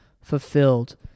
fulfilled